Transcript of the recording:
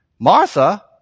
Martha